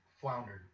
floundered